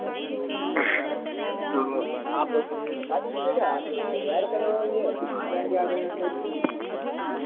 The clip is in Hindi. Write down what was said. तो आप लोग सबको बता दीजिएगा आप लोग तैयार करवाइए हम आ जाएँगे आधे घंटे में